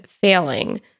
failing